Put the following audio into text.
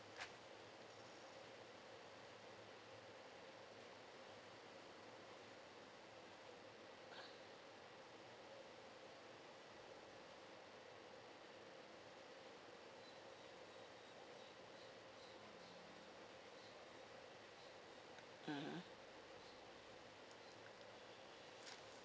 mmhmm